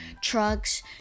trucks